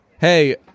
hey